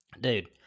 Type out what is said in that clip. dude